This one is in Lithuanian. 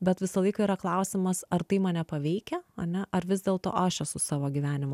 bet visą laiką yra klausimas ar tai mane paveikia ane ar vis dėlto aš esu savo gyvenimo